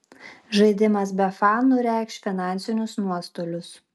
žaidimas be fanų reikš finansinius nuostolius